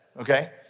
okay